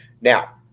Now